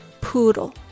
poodle